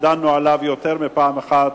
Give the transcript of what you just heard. ודנו עליו יותר מפעם אחת,